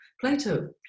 Plato